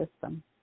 system